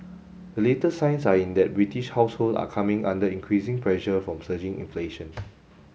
the latest signs are in that British households are coming under increasing pressure from surging inflation